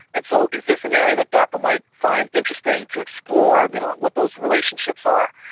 and so is this an area that darpa might find interesting to explore you know what those relationships are?